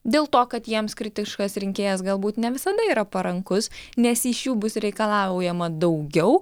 dėl to kad jiems kritiškas rinkėjas galbūt ne visada yra parankus nes iš jų bus reikalaujama daugiau